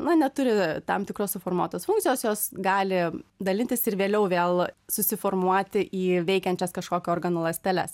na neturi tam tikros suformuotos funkcijos jos gali dalintis ir vėliau vėl susiformuoti į veikiančias kažkokio organo ląsteles